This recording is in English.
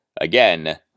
again